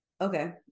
Okay